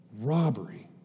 robbery